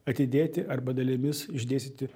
atidėti arba dalimis išdėstyti